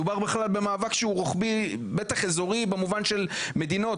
מדובר במאבק שהוא רוחבי ואזורי במובן של מדינות.